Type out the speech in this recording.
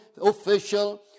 official